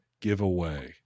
Giveaway